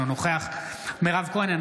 אינו נוכח מירב כהן,